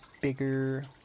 bigger